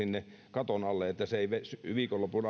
katon alle että se ei viikonlopun